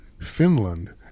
Finland